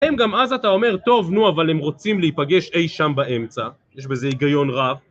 אם גם אז אתה אומר, טוב, נו, אבל הם רוצים להיפגש אי שם באמצע, יש בזה היגיון רב.